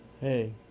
hey